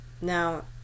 Now